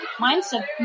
mindset